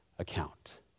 account